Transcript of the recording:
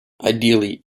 ideally